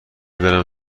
برم